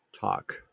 talk